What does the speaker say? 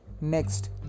Next